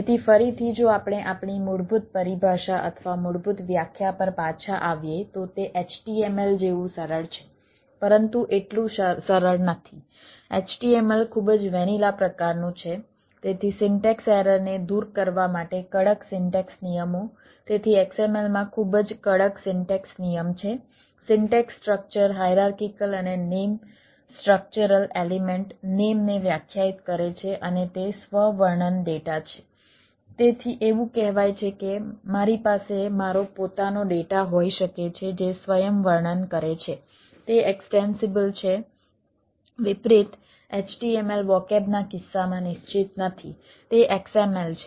તેથી ફરીથી જો આપણે આપણી મૂળભૂત પરિભાષા અથવા મૂળભૂત વ્યાખ્યા પર પાછા આવીએ તો તે html જેવું સરળ છે પરંતુ એટલું સરળ નથી html ખૂબ જ વેનીલા ના કિસ્સામાં નિશ્ચિત નથી તે XML છે